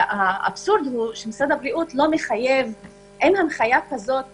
האבסורד, שאין הנחיה של משרד הבריאות,